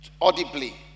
audibly